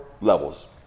levels